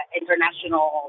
international